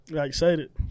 Excited